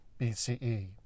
BCE